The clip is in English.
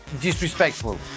disrespectful